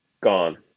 gone